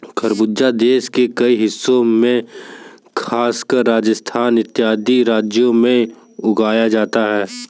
खरबूजा देश के कई हिस्सों में खासकर राजस्थान इत्यादि राज्यों में उगाया जाता है